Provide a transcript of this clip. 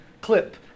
clip